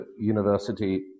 university